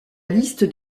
liste